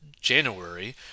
January